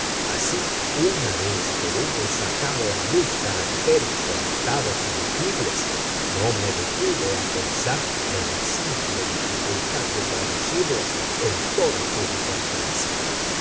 así una vez que hube sacado a luz caracteres conectados y legibles no me detuve a pensar en la simple dificultad de traducirlos en toda su importancia